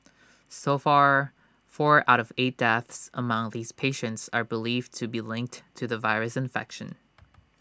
so far four out of eight deaths among these patients are believed to be linked to the virus infection